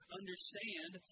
understand